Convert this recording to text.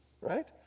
right